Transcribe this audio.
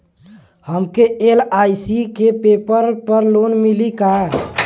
हमके एल.आई.सी के पेपर पर लोन मिली का?